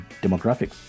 demographics